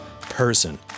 person